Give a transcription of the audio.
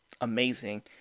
amazing